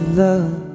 love